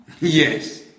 Yes